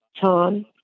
Tom